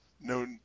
No